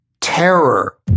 terror